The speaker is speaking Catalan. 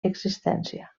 existència